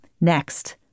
Next